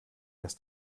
erst